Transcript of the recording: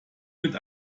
mit